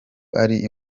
ari